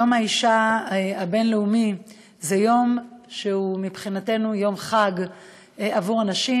יום האישה הבין-לאומי זה יום שמבחינתנו הוא יום חג עבור הנשים.